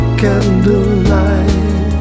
candlelight